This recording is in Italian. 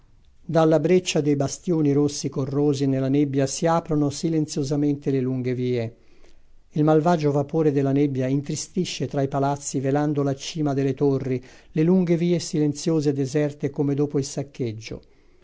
dalla breccia dei bastioni rossi corrosi nella nebbia si aprono silenziosamente le lunghe vie il malvagio vapore della nebbia intristisce tra i palazzi velando la cima delle torri le lunghe vie silenziose deserte come dopo il saccheggio